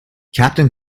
captain